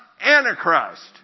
Antichrist